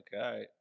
okay